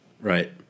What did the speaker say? Right